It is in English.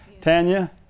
Tanya